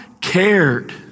cared